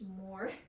more